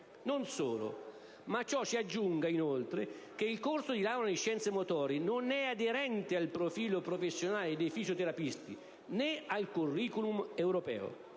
Non solo. Ma a ciò si aggiunga, inoltre, che il corso di laurea in scienze motorie non è aderente al profilo professionale dei fisioterapisti, né al *curriculum* europeo.